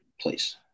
please